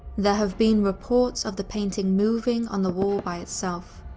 there have been reports of the painting moving on the wall by itself.